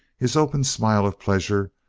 his open smile of pleasure,